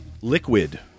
Liquid